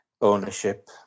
ownership